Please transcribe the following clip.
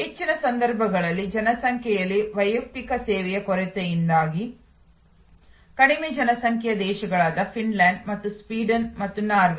ಹೆಚ್ಚಿನ ಸಂದರ್ಭಗಳಲ್ಲಿ ಜನಸಂಖ್ಯೆಯಲ್ಲಿ ವೈಯಕ್ತಿಕ ಸೇವೆಯ ಕೊರತೆಯಿಂದಾಗಿ ಕಡಿಮೆ ಜನಸಂಖ್ಯೆಯ ದೇಶಗಳಾದ ಫಿನ್ಲ್ಯಾಂಡ್ ಮತ್ತು ಸ್ವೀಡನ್ ಮತ್ತು ನಾರ್ವೆ